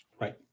Right